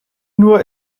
nur